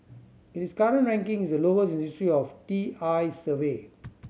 its current ranking is the lowest in the history of T I's survey